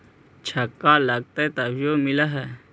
धक्का लगतय तभीयो मिल है?